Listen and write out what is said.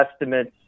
estimates